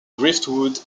driftwood